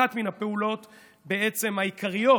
אחת מן הפעולות בעצם העיקריות,